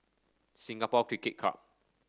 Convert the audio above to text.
Singapore Cricket Club